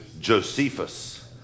Josephus